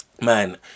man